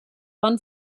van